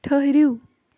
ٹھٕہرِو